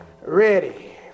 ready